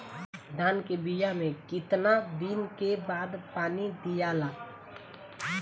धान के बिया मे कितना दिन के बाद पानी दियाला?